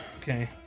Okay